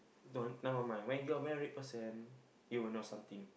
no never mind when you're married person you will know something